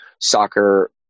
soccer